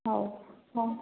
ହଉ ହଉ